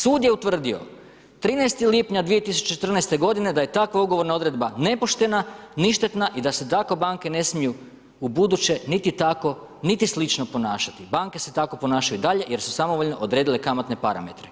Sud je utvrdio 13. lipnja 2014. godine da je takva ugovorna odredba nepoštena, ništetna i da se tako banke ne smiju, ubuduće niti tako, niti slično ponašati, banke se tako ponašaju dalje jer su samovoljno odredile kamatne parametre.